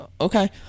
okay